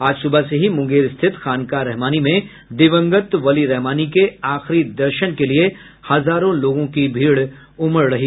आज सुबह से ही मुंगेर स्थित खानकाह रहमानी में दिवंगत वली रहमानी के आखिरी दर्शन के लिए हजार लोगों की भीड़ उमड़ी रही